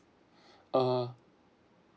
err